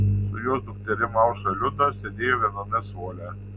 su jos dukterim aušra liuda sėdėjo viename suole